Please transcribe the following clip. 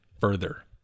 further